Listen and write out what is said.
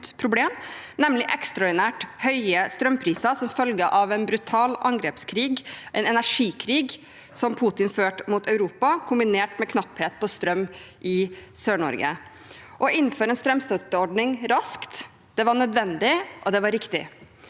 problem, nemlig ekstraordinært høye strømpriser som følge av en brutal angrepskrig, en energikrig, som Putin førte mot Europa, kombinert med knapphet på strøm i Sør-Norge. Å innføre en strømstøtteordning raskt var nødvendig og riktig,